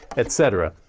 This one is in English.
etc